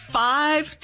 five